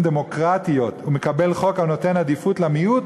דמוקרטיות ומקבל חוק הנותן עדיפות למיעוט,